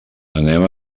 anem